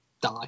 die